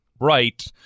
right